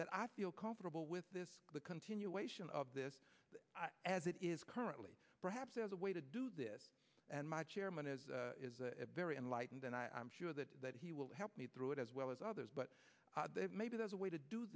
that i feel comfortable with this the continuation of this as it is currently perhaps as a way to do this and my chairman is very enlightened and i'm sure that that he will help me through it as well as others but maybe there's a way to do